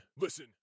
listen